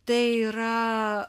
tai yra